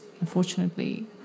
unfortunately